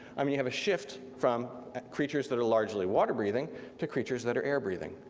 i mean you have a shift from ah creatures that are largely water breathing to creatures that are air breathing.